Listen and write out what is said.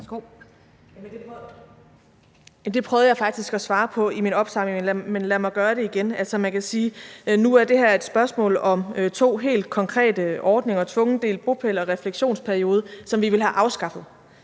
Det prøvede jeg faktisk at svare på i min opsamling, men lad mig gøre det igen. Nu er det her et spørgsmål om to helt konkrete ordninger, tvungen delt bopæl og refleksionsperiode, som vi vil have afskaffet,